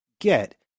get